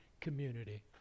community